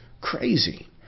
crazy